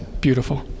Beautiful